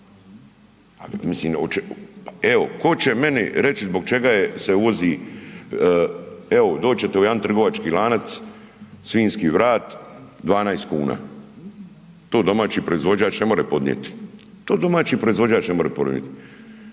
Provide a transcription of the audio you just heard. o čemu, evo tko će meni reći zbog čega je se uvozi, evo doći ćete u jedan trgovački lanac svinjski vrat 12 kuna. To domaći proizvođač ne more podnijeti, to domaći proizvođač ne more podnijeti.